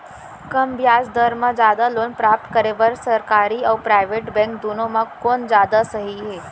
कम ब्याज दर मा जादा लोन प्राप्त करे बर, सरकारी अऊ प्राइवेट बैंक दुनो मा कोन जादा सही हे?